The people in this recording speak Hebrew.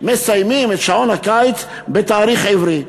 ומסיימים את שעון הקיץ בתאריך עברי.